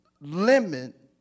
Limit